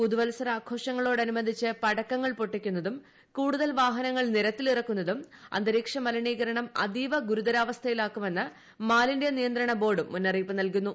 പുതുവത്സരാഘോഷങ്ങളോടനുബന്ധിച്ച് പടക്കങ്ങൾ പൊട്ടിക്കുന്നതും കൂടുതൽ വാഹനങ്ങൾ നിരത്തിലിറക്കുന്നതും അന്തരീക്ഷമലിനീകരണം അതീവ ഗുരുതരാവസ്ഥയിലാക്കുമെന്ന് മാലിന്യനിയന്ത്രണബോർഡും മുന്നറിയിപ്പ് നൽകുന്നു